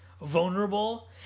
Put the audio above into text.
vulnerable